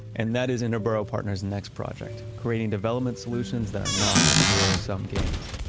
and that is interboro partners' next project-creating development solutions that are not zero-sum games.